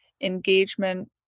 engagement